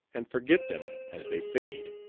and forget them as they fade!